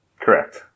Correct